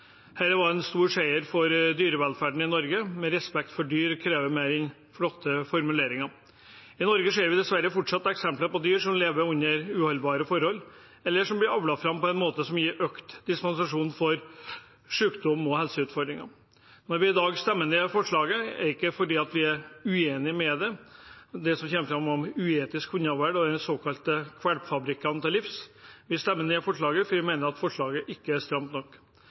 var en stor seier for dyrevelferden i Norge, men respekt for dyr krever mer enn flotte formuleringer. I Norge ser vi dessverre fortsatt eksempler på dyr som lever under uholdbare forhold, eller som blir avlet fram på en måte som gir økt disposisjon for sykdom og helseutfordringer. Når vi i dag stemmer ned forslaget, er det ikke fordi vi er uenig i det som kommer fram om uetisk hundeavl og de såkalte valpefabrikkene. Vi stemmer ned forslaget fordi vi mener det ikke er stramt nok.